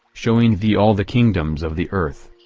showing thee all the kingdoms of the earth.